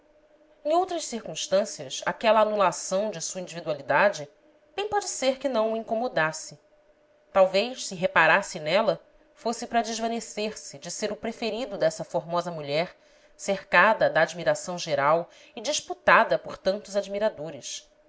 em outras circunstâncias aquela anulação de sua individua lidade bem pode ser que não o incomodasse talvez se reparasse nela fosse para desvanecer se de ser o preferido dessa formosa mulher cercada da admiração geral e disputada por tantos admiradores